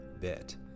bit